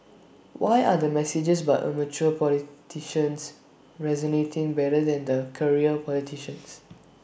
why are the messages by amateur politicians resonating better than the career politicians